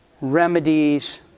remedies